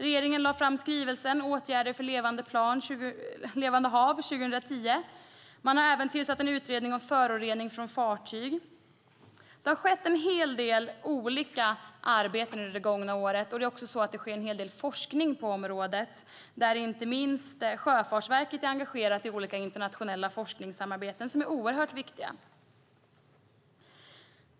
Regeringen lade 2010 fram skrivelsen Åtgärder för levande hav . Man har även tillsatt en utredning om föroreningar från fartyg. Det har skett en hel del olika arbeten under det gångna året, och det sker också en hel del forskning på området, där inte minst Sjöfartsverket är engagerat i olika internationella forskningssamarbeten som är oerhört viktiga.